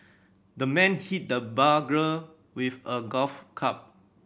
the man hit the burglar with a golf club